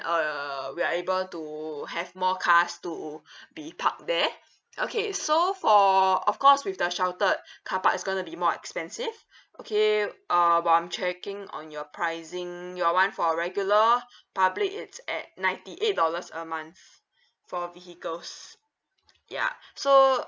uh we are able to have more cars to be park there okay so for of course with the sheltered carpark it's going to be more expensive okay uh while I'm checking on your pricing your [one] for regular public it's at ninety eight dollars a month for vehicles ya so